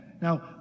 Now